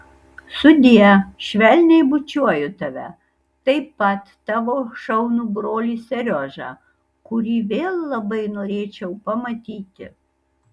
sudie švelniai bučiuoju tave taip pat tavo šaunų brolį seriožą kurį vėl labai norėčiau pamatyti